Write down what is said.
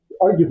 arguably